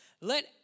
let